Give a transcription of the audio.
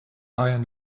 iron